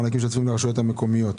מענקים שוטפים לרשויות המקומיות.